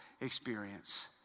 experience